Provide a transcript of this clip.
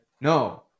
No